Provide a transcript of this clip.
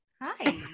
hi